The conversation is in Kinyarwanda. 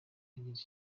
bageze